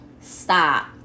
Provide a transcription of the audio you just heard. stop